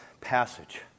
passage